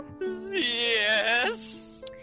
Yes